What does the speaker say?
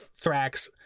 Thrax